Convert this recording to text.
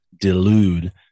delude